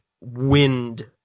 wind